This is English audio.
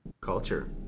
culture